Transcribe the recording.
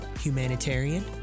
humanitarian